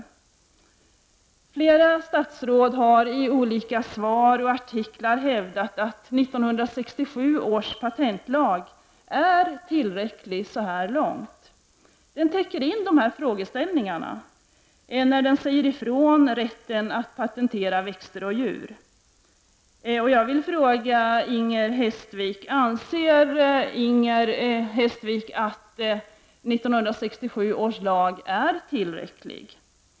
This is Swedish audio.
Flera statsråd har i olika svar och artiklar hävdat att 1967 års patentlag är tillräcklig så här långt. Den täcker in frågeställningarna när den säger ifrån rätten att patentera växter och djur. Anser Inger Hestvik att 1967 års lag är tillräcklig?